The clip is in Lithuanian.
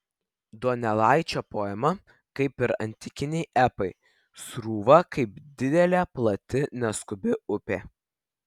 donelaičio poema kaip ir antikiniai epai srūva kaip didelė plati neskubi upė